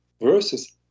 verses